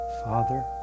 Father